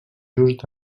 just